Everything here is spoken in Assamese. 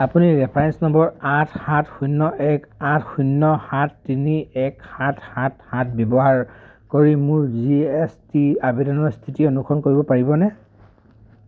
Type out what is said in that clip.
আপুনি ৰেফাৰেন্স নম্বৰ আঠ সাত শূন্য এক আঠ শূন্য সাত তিনি এক সাত সাত সাত ব্যৱহাৰ কৰি মোৰ জি এছ টি আবেদনৰ স্থিতি অনুসৰণ কৰিব পাৰিবনে